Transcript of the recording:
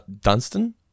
Dunstan